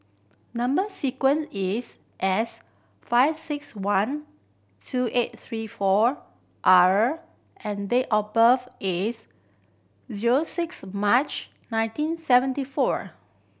number sequence is S five six one two eight three four R and date of birth is zero six March nineteen seventy four